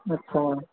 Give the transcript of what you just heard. ਅੱਛਾ